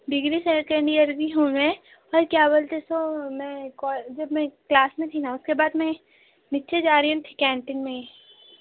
degree second year کی ہوں میں اور کیا بولتے سو میں کو جب میں کلاس میں تھی نا اس کے بعد میں نیچے جا رہی تھی کینٹین میں